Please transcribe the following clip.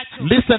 Listen